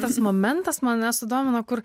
tas momentas mane sudomino kur